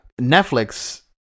Netflix